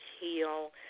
heal